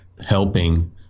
helping